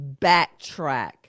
backtrack